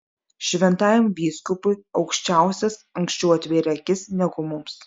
šventajam vyskupui aukščiausias anksčiau atvėrė akis negu mums